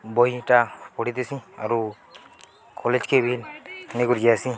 ବହିଟା ପଢ଼ିଥିସି ଆରୁ କଲେଜ୍କେ ବି ନେଇକରି ଯାଏସି